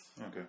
Okay